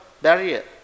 barrier